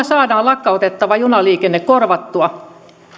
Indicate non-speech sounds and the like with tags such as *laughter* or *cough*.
*unintelligible* saadaan lakkautettava junaliikenne korvattua